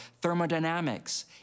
thermodynamics